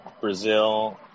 Brazil